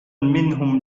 منهم